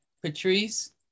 Patrice